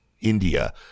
India